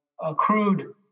accrued